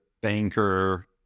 banker